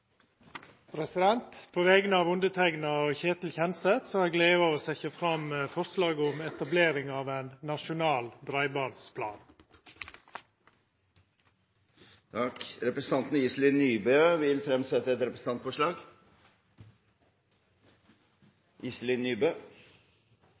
På vegner av underteikna og Ketil Kjenseth har eg gleda av å setja fram eit forslag om etablering av ein nasjonal breibandsplan. Representanten Iselin Nybø vil fremsette et representantforslag.